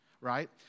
right